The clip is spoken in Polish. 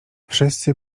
wszyscy